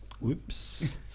Whoops